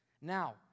Now